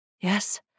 yes